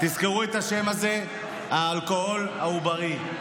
תזכרו את השם הזה, האלכוהול העוברי.